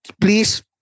please